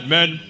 Men